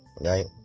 right